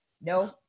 No